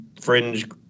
fringe